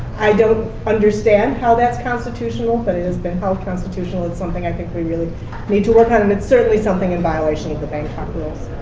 i don't understand how that's constitutional, but it has been held constitutional it's something i think we really need to work on. and it's certainly something in violation of the bangkok rules.